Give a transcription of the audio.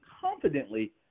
confidently